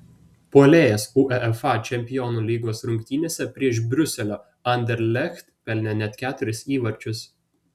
puolėjas uefa čempionų lygos rungtynėse prieš briuselio anderlecht pelnė net keturis įvarčius